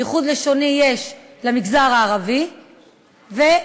ייחוד לשוני יש למגזר הערבי ולעלייה,